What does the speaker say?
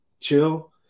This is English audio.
chill